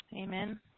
Amen